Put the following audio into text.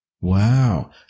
Wow